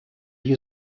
you